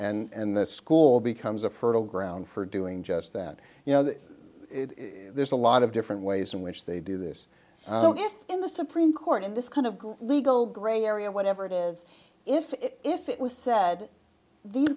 out and the school becomes a fertile ground for doing just that you know there's a lot of different ways in which they do this in the supreme court in this kind of legal gray area whatever it is if it was said these